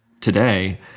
today